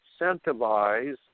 incentivize